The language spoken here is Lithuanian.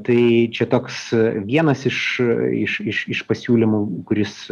tai čia toks vienas iš iš iš iš pasiūlymų kuris